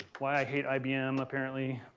why i hate ibm apparently.